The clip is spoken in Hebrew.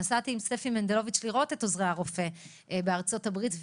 נסעתי עם ספי מנדלוביץ' לראות את עוזרי הרופא בארצות הברית,